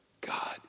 God